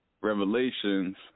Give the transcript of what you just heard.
revelations